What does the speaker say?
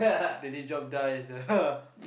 daily job die sia